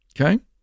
Okay